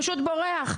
פשוט בורח,